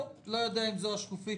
אני לא יודע אם זו השקופית